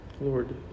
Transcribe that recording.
Lord